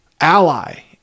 ally